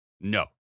no